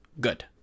good